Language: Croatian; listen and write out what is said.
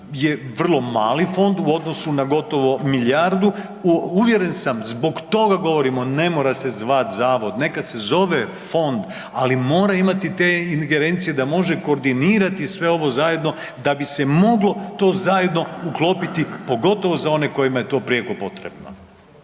je vrli mali fond u odnosu na gotovo milijardu, uvjeren sam zbog toga govorimo, ne mora se zvat zavod, neka se zove fond ali mora imati te ingerencije da može koordinirati sve ovo zajedno da bi se moglo to zajedno uklopiti pogotovo za one kojima je to prijeko potrebno.